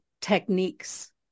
techniques